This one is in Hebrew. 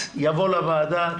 לוועדה.